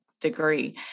degree